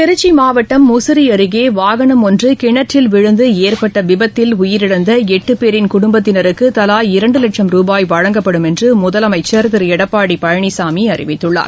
திருச்சி மாவட்டம் முசிறி அருகே வாகனம் ஒன்று கிணற்றில் விழுந்து ஏற்பட்ட விபத்தில் உயிழந்த எட்டு பேரின் குடும்பத்தினருக்கு தலா இரண்டு லட்சம் ரூபாய் வழங்கப்படும் என்று முதலமைச்சர் திரு எடப்பாடி பழனிசாமி அறிவித்துள்ளார்